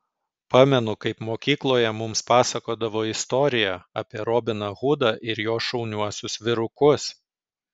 pamenu kaip mokykloje mums pasakodavo istoriją apie robiną hudą ir jo šauniuosius vyrukus